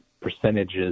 percentages